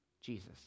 Jesus